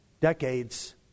decades